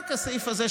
רק הסעיף הזה,